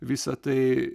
visa tai